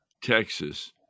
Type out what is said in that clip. Texas